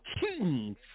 kings